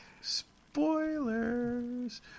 Spoilers